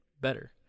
better